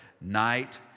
night